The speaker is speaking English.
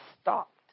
stopped